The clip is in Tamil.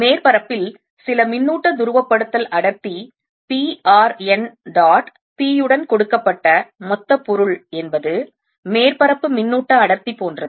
மேற்பரப்பில் சில மின்னூட்ட துருவப்படுத்தல் அடர்த்தி p r n dot p உடன் கொடுக்கப்பட்ட மொத்த பொருள் என்பது மேற்பரப்பு மின்னூட்ட அடர்த்தி போன்றது